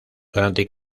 durante